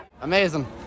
Amazing